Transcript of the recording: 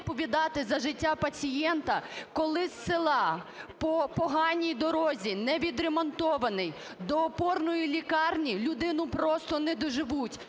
відповідати за життя пацієнта, коли з села по поганій дорозі, невідремонтованій до опорної лікарні людину просто не довезуть,